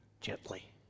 gently